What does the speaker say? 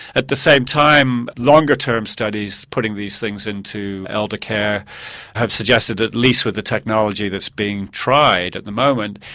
at the same time longer term studies, putting these things into elderly care have suggested, at least with the technology that's being tried at the moment,